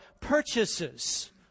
purchases